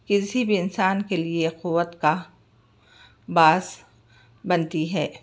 کسی بھی انسان کے لیے اخوت کا باعث بنتی ہے